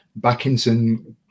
Backinson